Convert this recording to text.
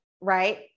right